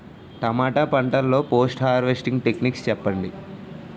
టమాటా పంట లొ post harvesting techniques చెప్పండి?